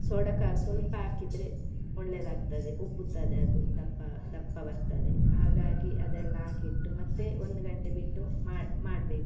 soda ಖಾರ ಸ್ವಲ್ಪ ಹಾಕಿದ್ರೆ ಒಳ್ಳೆದಾಗ್ತದೆ ಉಬ್ಬುತ್ತದೆ ಅದು ದಪ್ಪ ದಪ್ಪ ಬರ್ತದೆ ಹಾಗಾಗಿ ಅದೆಲ್ಲ ಹಾಕಿಟ್ಟು ಮತ್ತೆ ಒಂದು ಗಂಟೆ ಬಿಟ್ಟು ಮಾಡಿ ಮಾಡಬೇಕು